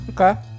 Okay